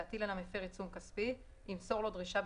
להטיל על המפר עיצום כספי ימסור לו דרישה,